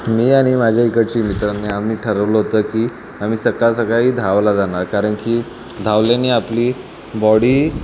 मी आणि माझे इकडचे मित्रांनी आम्ही ठरवलं होतं की आम्ही सकाळ सकाळी धावायला जाणार कारण की धावल्याने आपली बॉडी